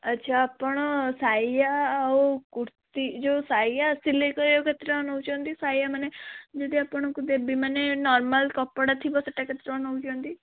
ଆଚ୍ଛା ଆପଣ ସାୟା ଆଉ କୁର୍ତ୍ତି ଯୋଉ ସାୟା ସିଲାଇ କରିବାକୁ କେତେ ଟଙ୍କା ନେଉଛନ୍ତି ସାୟା ମାନେ ଯଦି ଆପଣଙ୍କୁ ଦେବି ମାନେ ନର୍ମାଲ କପଡ଼ା ଥିବ ସେଇଟା କେତେ ଟଙ୍କା ନେଉଛନ୍ତି